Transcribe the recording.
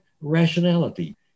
rationality